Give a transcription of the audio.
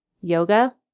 yoga